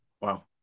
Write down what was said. Wow